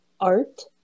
art